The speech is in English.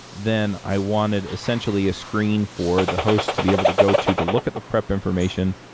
then i wanted essentially a screen for the host to be able to go to to look at the prep information.